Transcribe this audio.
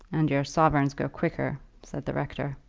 and your sovereigns go quicker, said the rector.